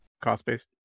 cost-based